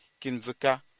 Kinzuka